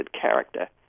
character